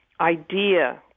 idea